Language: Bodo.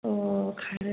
औ खारोना